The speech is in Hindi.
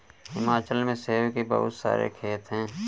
हिमाचल में सेब के बहुत सारे खेत हैं